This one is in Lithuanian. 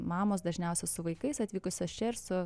mamos dažniausia su vaikais atvykusios čia ir su